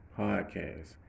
podcast